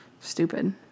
stupid